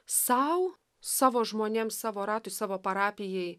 sau savo žmonėms savo ratui savo parapijai